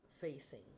facing